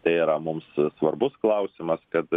tai yra mums svarbus klausimas kad